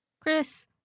Chris